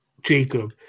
Jacob